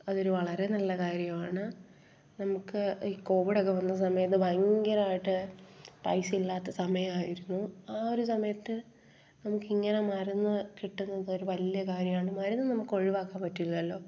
അതൊരു വളരെ നല്ല കാര്യമാണ് നമുക്ക് കോവിഡൊക്കെ വന്ന സമയത്ത് ഭയങ്കരമായിട്ട് പൈസ ഇല്ലാത്ത സമയായിരുന്നു ആ ഒരു സമയത്ത് നമുക്കിങ്ങനെ മരുന്ന് കിട്ടുന്നതൊരു വലിയ കാര്യമാണ് മരുന്ന് നമുക്ക് ഒഴിവാക്കാൻ പറ്റൂല്ലല്ലോ